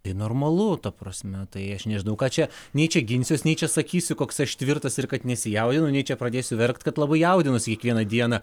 tai normalu ta prasme tai aš nežinau ką čia nei čia ginsiuos nei čia sakysiu koks aš tvirtas ir kad nesijaudinu nei čia pradėsiu verkt kad labai jaudinuosi kiekvieną dieną